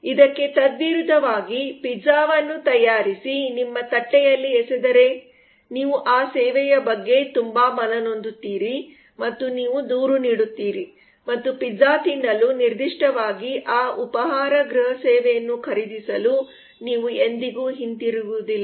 ಇದಕ್ಕೆ ತದ್ವಿರುದ್ಧವಾಗಿ 0305 ಪಿಜ್ಜಾವನ್ನು ತಯಾರಿಸಿ ನಿಮ್ಮ ತಟ್ಟೆಯಲ್ಲಿ ಎಸೆದರೆ ನೀವು ಆ ಸೇವೆಯ ಬಗ್ಗೆ ತುಂಬಾ ಮನನೊಂದುತ್ತೀರಿ ಮತ್ತು ನೀವು ದೂರು ನೀಡುತ್ತೀರಿ ಮತ್ತು ಪಿಜ್ಜಾ ತಿನ್ನಲು ನಿರ್ದಿಷ್ಟವಾಗಿ ಆ ಉಪಹಾರ ಗೃಹಸೇವೆಯನ್ನು ಖರೀದಿಸಲು ನೀವು ಎಂದಿಗೂ ಹಿಂತಿರುಗುವುದಿಲ್ಲ